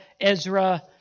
Ezra